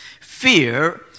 fear